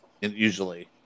usually